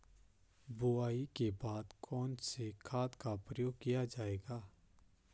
बुआई के बाद कौन से खाद का प्रयोग किया जायेगा?